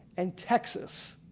and texas,